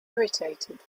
irritated